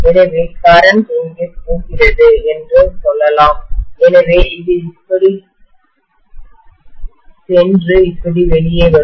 எனவே மின்னோட்டம்கரண்ட் இங்கே போகிறது என்று சொல்லலாம் எனவே இது இப்படி சென்று இப்படி வெளியே வரும்